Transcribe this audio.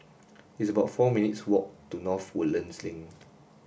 it's about four minutes' walk to North Woodlands Link